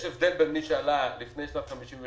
יש הבדל בין מי שעלה לפני שנת 1953